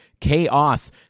Chaos